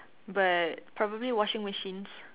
but probably washing machines